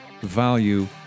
value